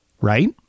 right